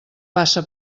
bassa